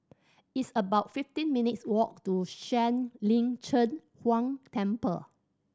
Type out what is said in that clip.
it's about fifteen minutes' walk to Shuang Lin Cheng Huang Temple